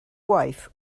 wife